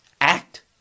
act